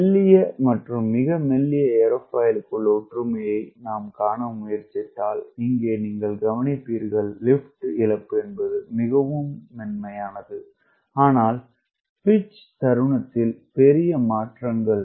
மெல்லிய மற்றும் மிக மெல்லிய ஏரோஃபாயிலுக்கு உள்ள ஒற்றுமையை பற்றி நாம் காண முயற்சித்தால் இங்கே நீங்கள் கவனிப்பீர்கள் லிப்ட் இழப்பு மென்மையானது ஆனால் பிட்ச் தருணத்தில் பெரிய மாற்றங்கள்